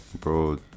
Bro